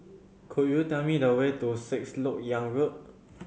could you tell me the way to Six Lok Yang Road